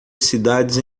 cidades